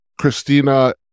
Christina